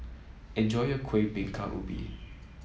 enjoy your Kuih Bingka Ubi